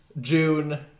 June